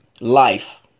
life